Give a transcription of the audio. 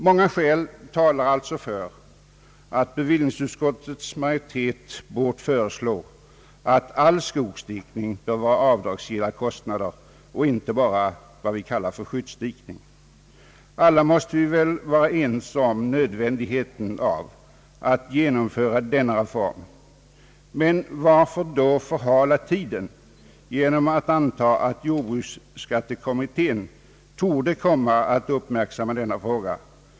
Många skäl talar alltså för att bevillningsutskottets majoritet bort föreslå att kostnader för all skogsdikning skall vara avdragsgilla, inte bara kostnaderna för vad vi kallar skyddsdikning. Alla måste vi väl vara överens om nödvändigheten av att genomföra denna reform. Men varför då förhala den genom att anta att jordbruksbeskattningskommittén kommer att uppmärksamma denna fråga?